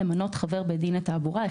למנות חבר בית דין לתעבורה,